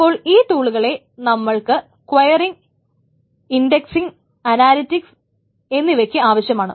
അപ്പോൾ ഈ ടൂളുകളെ നമ്മൾക്ക് ക്വയറിങ്ങ് ഇൻഡെക്സിങ്ങ് അനാലിറ്റിക്സ് എന്നിവക്ക് ആവശ്യമാണ്